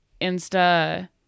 Insta